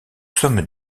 sommes